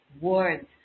Words